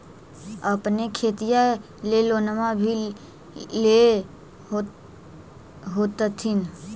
अपने खेतिया ले लोनमा भी ले होत्थिन?